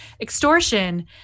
Extortion